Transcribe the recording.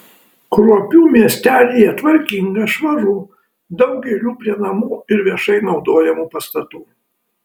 kruopių miestelyje tvarkinga švaru daug gėlių prie namų ir viešai naudojamų pastatų